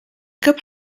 cup